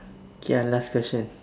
okay ah last question